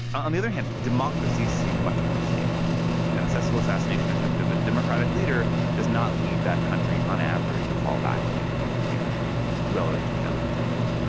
on the other hand, democracies seem much more stable. a successful assassination attempt of a democratic leader does not lead that country, on average, to fall back and become a dictatorship relative to a failed attempt.